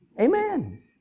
Amen